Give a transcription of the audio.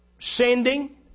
sending